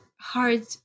hard